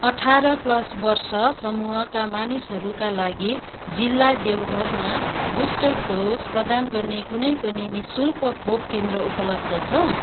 अठार प्लस वर्ष समूहका मानिसहरूका लागि जिल्ला देवघरमा बुस्टर डोज प्रदान गर्ने कुनै पनि नि शुल्क खोप केन्द्र उपलब्ध छ